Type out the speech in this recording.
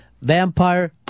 Vampire